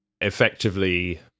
effectively